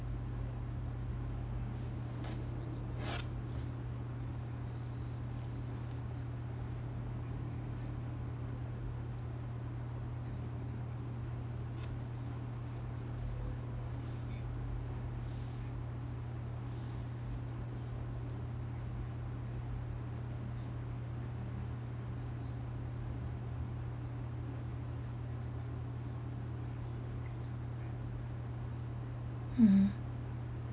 mm